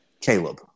Caleb